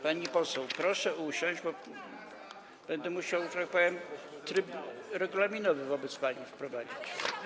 Pani poseł, proszę usiąść, bo będę musiał, że tak powiem, tryb regulaminowy wobec pani wprowadzić.